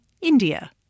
India